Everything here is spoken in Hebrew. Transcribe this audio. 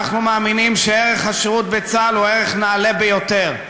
אנחנו מאמינים שערך השירות בצה"ל הוא ערך נעלה ביותר,